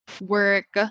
work